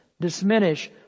diminish